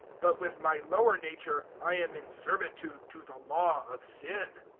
but with my lower nature i am in servitude to the law of sin.